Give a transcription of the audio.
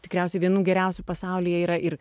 tikriausiai vienų geriausių pasaulyje yra ir